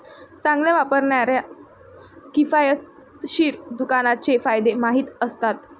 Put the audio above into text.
चांगल्या व्यापाऱ्यांना किफायतशीर दुकानाचे फायदे माहीत असतात